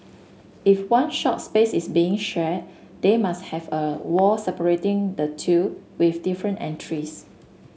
if one shop space is being shared they must have a wall separating the two with different entries